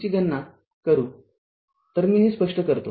ची गणना करू तर मी हे स्पष्ट करतो